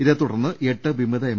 ഇതേത്തുടർന്ന് എട്ട് വിമത എം